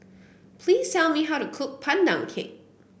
please tell me how to cook Pandan Cake